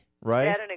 right